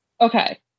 okay